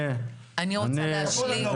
אני רוצה להשלים.